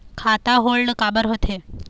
खाता होल्ड काबर होथे?